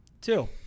Two